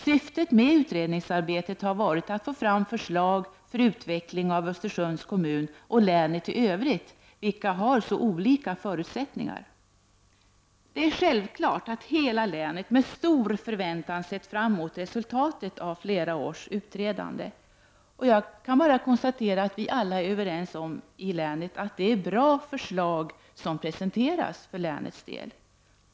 Syftet med utredningsarbetet har varit att få fram förslag för utveckling av Östersunds kommun och länet i övrigt, vilka har så olika förutsättningar. Det är självklart att hela länet med stor förväntan sett fram emot resultatet av flera års utredande. Jag kan konstatera att vi alla i län är överens om att det är bra förslag som presenteras.